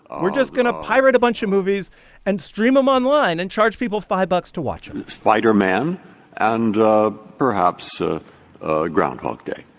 um we're just going to pirate a bunch of movies and stream them um online and charge people five bucks to watch it. spider-man and ah perhaps ah ah groundhog day,